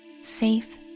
safe